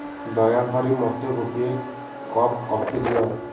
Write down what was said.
ଦୟାକରି ମୋତେ ଗୋଟିଏ କପ୍ କଫି ଦିଅ